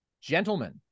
Gentlemen